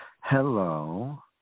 Hello